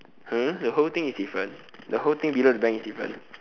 !huh! the whole thing is different the whole thing below the bank is different